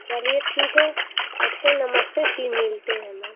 चलिए ठीक है अच्छा नमस्ते फ़िर मिलते हैं मैम